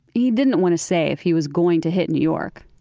he didn't want to say if he was going to hit new york